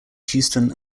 houston